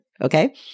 okay